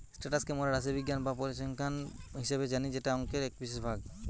status কে মোরা রাশিবিজ্ঞান বা পরিসংখ্যান হিসেবে জানি যেটা অংকের এক বিশেষ ভাগ